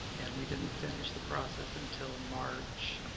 and we didn't finish the process until march